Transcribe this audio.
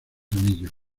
anillos